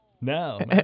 No